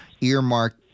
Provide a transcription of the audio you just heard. earmarked